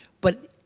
but,